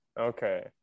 okay